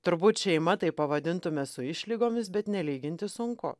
turbūt šeima tai pavadintume su išlygomis bet nelyginti sunku